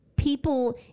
People